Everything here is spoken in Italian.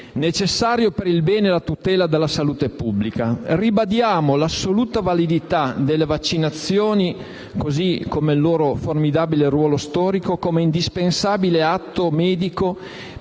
necessario per il bene e la tutela della salute pubblica. Ribadiamo l'assoluta validità delle vaccinazioni e il loro formidabile ruolo storico come indispensabile atto medico